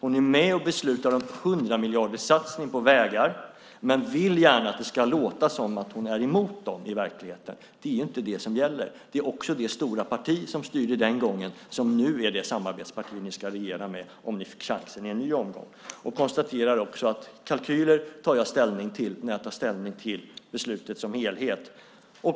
Hon är med och beslutar om en 100-miljarderssatsning på vägar, men hon vill gärna att det ska låta som att hon är emot dem i verkligheten. Det är inte det som gäller. Det är också det stora parti som styrde den gången som nu är det samarbetsparti ni ska regera med om ni får chansen i en ny omgång. Jag konstaterar också att kalkyler tar jag ställning till när jag tar ställning till beslutet som helhet.